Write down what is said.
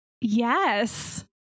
Yes